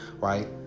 right